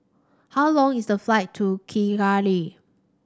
how long is the flight to Kigali